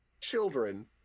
children